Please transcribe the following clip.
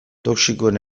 toxikoen